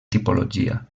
tipologia